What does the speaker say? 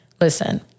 listen